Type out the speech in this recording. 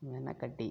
వెనకటి